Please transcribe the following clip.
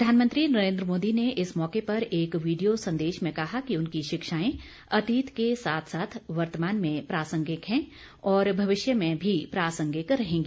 प्रधानमंत्री नरेन्द्र मोदी ने इस मौके पर एक वीडियो संदेश में कहा कि उनकी शिक्षाएं अतीत के साथ साथ वर्तमान में प्रासंगिक हैं और भविष्य में भी प्रासंगिक रहेंगी